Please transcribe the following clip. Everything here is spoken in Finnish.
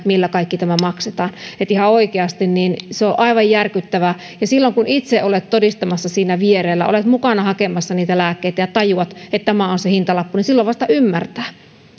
millä kaikki tämä maksetaan että ihan oikeasti se on aivan järkyttävää silloin kun itse olet todistamassa siinä vierellä olet mukana hakemassa niitä lääkkeitä ja tajuat että tämä on se hintalappu silloin vasta ymmärtää